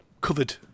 covered